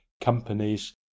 companies